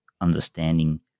understanding